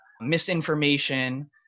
misinformation